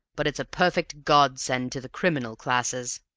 but it's a perfect godsend to the criminal classes,